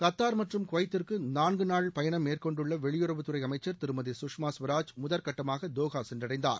Qatar மற்றும் குவைத்திற்கு நான்கு நாள் பயணம் மேற்கொண்டுள்ள வெளியுறவுத்துறை அமைச்சர் திருமதி சுஷ்மா சுவராஜ் முதற்கட்டமாக தோகா சென்றடைந்தார்